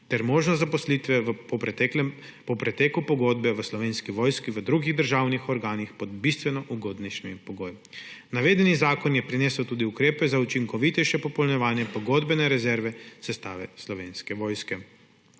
ter možnost zaposlitve po preteku pogodbe v Slovenski vojski v drugih državnih organih pod bistveno ugodnejšimi pogoji. Navedeni zakon je prinesel tudi ukrepe za učinkovitejše popolnjevanje pogodbene rezervne sestave Slovenske vojske.